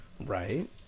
right